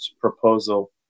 proposal